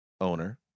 owner